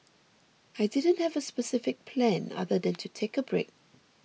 I didn't have a specific plan other than to take a break